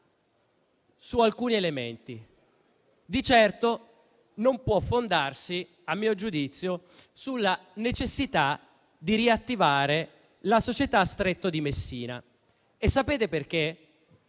su alcuni elementi. Di certo però non può fondarsi, a mio giudizio, sulla necessità di riattivare la società Stretto di Messina. E sapete perché?